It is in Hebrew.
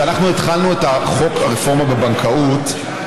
כשאנחנו התחלנו את חוק הרפורמה בבנקאות,